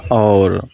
आओर